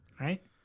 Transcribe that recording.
Right